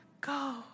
go